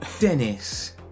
Dennis